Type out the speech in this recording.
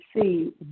see